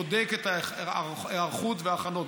בודק את ההיערכות וההכנות,